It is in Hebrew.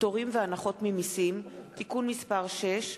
(פטורים והנחות ממסים) (תיקון מס' 6),